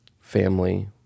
family